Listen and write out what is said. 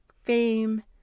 Fame